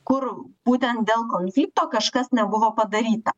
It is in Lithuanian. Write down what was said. kur būtent dėl konflikto kažkas nebuvo padaryta